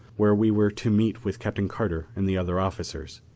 where we were to meet with captain carter and the other officers.